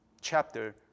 chapter